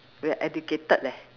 we're educated leh